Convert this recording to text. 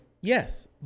Yes